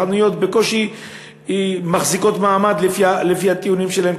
החנויות בקושי מחזיקות מעמד לפי הטיעונים שלהם,